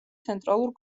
ცენტრალურ